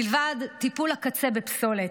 מלבד טיפול הקצה בפסולת,